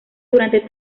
durante